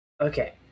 Okay